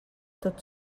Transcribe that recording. tot